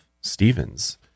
Stevens